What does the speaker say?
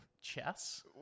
Chess